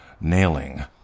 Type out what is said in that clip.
nailing